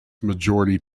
majority